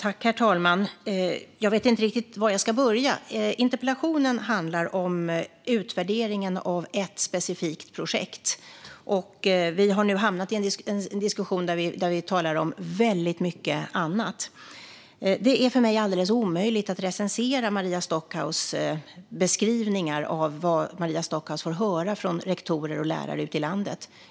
Herr talman! Jag vet inte riktigt var jag ska börja. Interpellationen handlar om utvärderingen av ett specifikt projekt. Vi har nu hamnat i en diskussion där vi talar om mycket annat. Det är för mig alldeles omöjligt att recensera Maria Stockhaus beskrivningar av vad hon får höra från rektorer och lärare ute i landet.